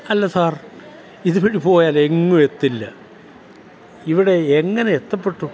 അല്ല സാർ ഇതുവഴി പോയാൽ എങ്ങും എത്തില്ല ഇവിടെ എങ്ങനെ എത്തിപ്പെട്ടു